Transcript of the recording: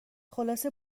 خلاصه